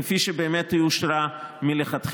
כפי שבאמת היא אושרה מלכתחילה,